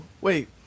wait